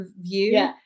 view